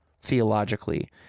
theologically